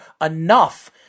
enough